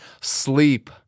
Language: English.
sleep